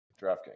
DraftKings